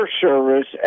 service